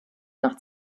nach